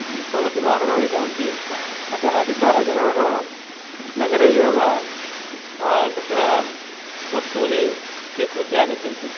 भवति वाहनानि भवन्ति अतः अधिकाः जनाः नगरे एव तत्र वस्तूनि स्वीकृत्य आगच्छन्ति